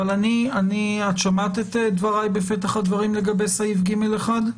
את שמעת את דבריי בפתח הדברים לגבי סעיף (ג1).